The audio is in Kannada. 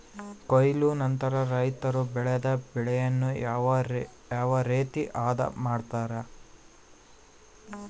ಕೊಯ್ಲು ನಂತರ ರೈತರು ಬೆಳೆದ ಬೆಳೆಯನ್ನು ಯಾವ ರೇತಿ ಆದ ಮಾಡ್ತಾರೆ?